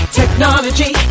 technology